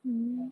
ya